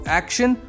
action